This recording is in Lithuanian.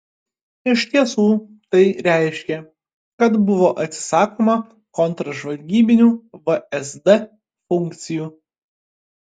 iš tiesų tai reiškė kad buvo atsisakoma kontržvalgybinių vsd funkcijų